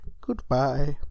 Goodbye